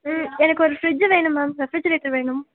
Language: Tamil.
ம் எனக்கு ஒரு ஃபிரிட்ஜு வேணும் மேம் ரெஃப்ரிஜிரேட்டர் வேணும்